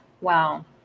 wow